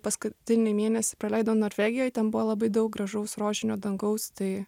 paskutinį mėnesį praleidau norvegijoj ten buvo labai daug gražaus rožinio dangaus tai